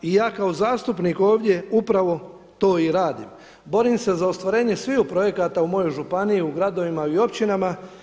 I ja kao zastupnik ovdje upravo to i radim, borim se za ostvarenje svih projekata u mojoj županiji, u gradovima i u općinama.